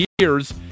years